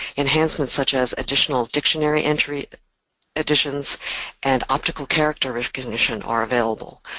enhancements such as additional dictionary entry editions and optical character recognition are available.